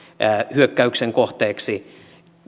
hyökkäyksen kohteeksi